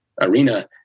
arena